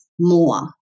more